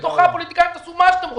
בתוכה, הפוליטיקאים, תעשו מה שאתם רוצים.